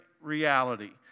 reality